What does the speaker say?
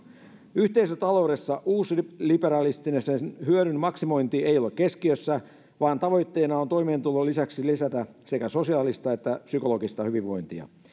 yhteisötaloudessa uusliberalistinen hyödyn maksimointi ei ole keskiössä vaan tavoitteena on toimeentulon lisäksi lisätä sekä sosiaalista että psykologista hyvinvointia